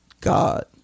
God